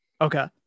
Okay